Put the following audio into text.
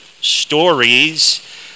stories